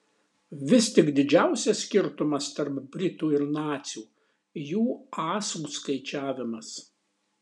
vis tik didžiausias skirtumas tarp britų ir nacių jų asų skaičiavimas